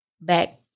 back